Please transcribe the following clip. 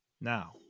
Now